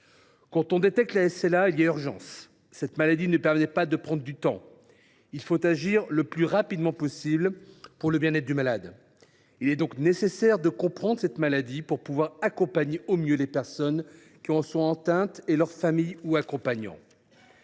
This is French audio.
Quand on détecte la SLA, il y a urgence : cette maladie ne permet pas de prendre du temps, il faut agir le plus rapidement possible pour le bien être du malade. Il est donc nécessaire de comprendre cette maladie pour accompagner au mieux les personnes qui en sont atteintes et leurs familles ou accompagnants.